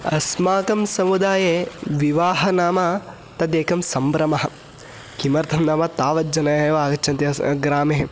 अस्माकं समुदाये विवाहः नाम तदेकं सम्ब्रमः किमर्थं नाम तावज्जनाः एव आगच्छन्ति अस्माकं ग्रामे